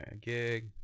gig